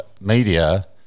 media